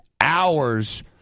hours